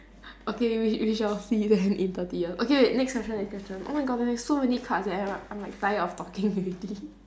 okay we we shall see then in thirty years okay ne~ next question next question oh my god there are so many cards and I'm like I'm like tired of talking already